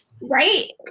right